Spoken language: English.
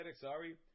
sorry